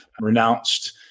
renounced